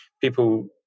people